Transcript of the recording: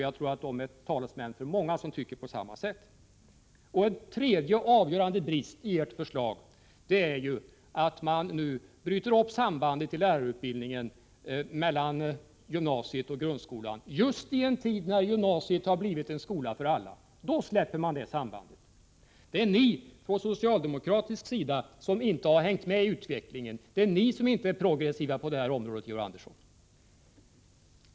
Jag tror att de är talesmän för många som tycker 23 på samma sätt. En tredje avgörande brist i ert förslag är att man nu bryter upp sambandet i lärarutbildningen mellan gymnasiet och grundskolan. Just i en tid då gymnasiet har blivit en skola för alla släpper man sambandet. Det är ni socialdemokrater som inte hängt med i utvecklingen. Det är ni som inte är progressiva på detta område, Georg Andersson.